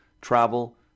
travel